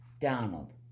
Donald